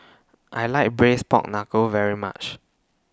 I like Braised Pork Knuckle very much